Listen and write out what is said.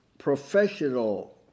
professional